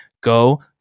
go